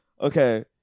Okay